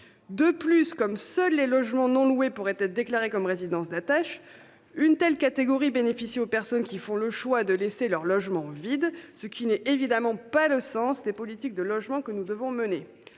mesure où seuls les logements non loués pourraient être déclarés comme résidence d'attache, une telle catégorie bénéficierait aux personnes qui font le choix de laisser leur logement vide, ce qui n'est évidemment pas le sens des politiques de logement que nous devons mener.